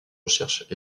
recherches